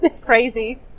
crazy